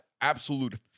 absolute